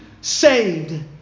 saved